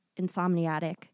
Insomniatic